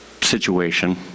situation